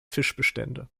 fischbestände